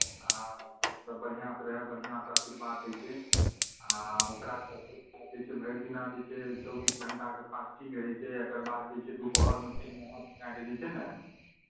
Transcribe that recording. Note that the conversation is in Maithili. आ मतलब बढ़िआँसँ रहय बढ़िआँसँ आशीर्वाद दै छै आ ओकरा चढ़बैके बाद जे छै भरि दिना जे छै चौबीस घण्टाके फास्टिंग रहै छै एकरबाद जे छै दुपहरमे फेर नहाए सुनाए कऽ जे छै ने